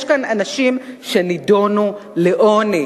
אלה אנשים שנידונו לעוני